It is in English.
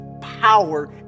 power